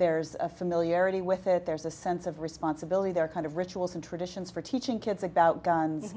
there's a familiarity with it there's a sense of responsibility there kind of rituals and traditions for teaching kids about guns